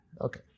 Okay